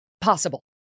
possible